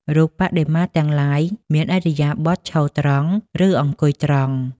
រូបបដិមាទាំងឡាយមានឥរិយាបថ ឈរត្រង់ ឬ អង្គុយត្រង់។